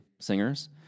singers